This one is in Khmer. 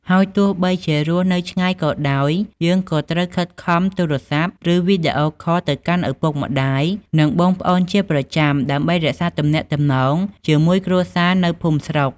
ហើយទោះបីជារស់នៅឆ្ងាយក៏ដោយ យើងក៏ត្រូវខិតខំទូរស័ព្ទ ឬវីដេអូខលទៅកាន់ឪពុកម្តាយ និងបងប្អូនជាប្រចាំ ដើម្បីរក្សាទំនាក់ទំនងជាមួយគ្រួសារនៅភូមិស្រុក។